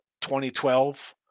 2012